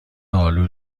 آلو